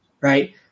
right